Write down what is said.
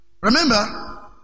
Remember